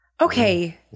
Okay